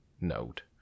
note